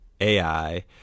AI